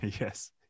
Yes